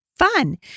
Fun